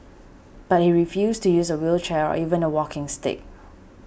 but he refused to use a wheelchair or even a walking stick